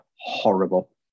horrible